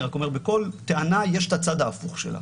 אני רק אומר שבכל טענה יש את הצד ההפוך שלה,